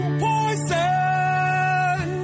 poison